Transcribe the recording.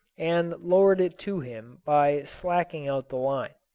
and lowered it to him by slacking out the line.